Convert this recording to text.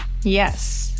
Yes